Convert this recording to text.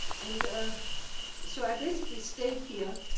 and so i basically stayed here